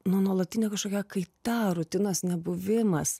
nuo nuolatinio kažkokio kaita rutinos nebuvimas